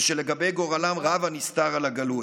ושלגבי גורלם רב הנסתר על הגלוי.